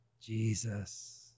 Jesus